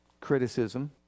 criticism